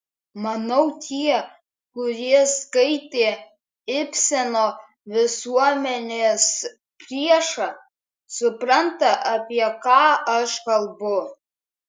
manau tie kurie skaitė ibseno visuomenės priešą supranta apie ką aš kalbu